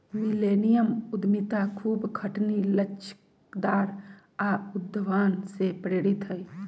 millennium उद्यमिता खूब खटनी, लचकदार आऽ उद्भावन से प्रेरित हइ